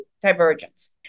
divergence